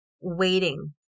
waiting